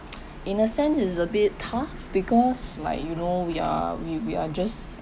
in a sense is a bit tough because like you know we are we we are just